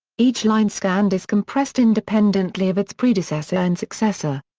each line scanned is compressed independently of its predecessor and successor.